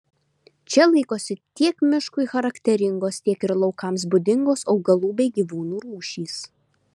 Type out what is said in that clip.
čia laikosi tiek miškui charakteringos tiek ir laukams būdingos augalų bei gyvūnų rūšys